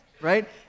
right